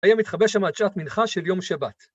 ‫היה מתחבא שם עד שעת מנחה של יום שבת.